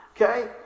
okay